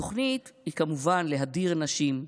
התוכנית היא כמובן להדיר נשים,